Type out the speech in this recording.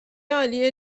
عالی